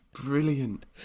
Brilliant